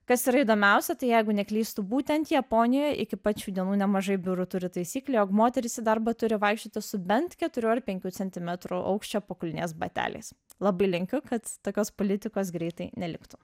kas yra įdomiausia tai jeigu neklystu būtent japonijoj iki pat šių dienų nemažai biurų turi taisyklę jog moterys į darbą turi vaikščioti su bent keturių ar penkių centimetrų aukščio pakulnės bateliais labai linkiu kad tokios politikos greitai neliktų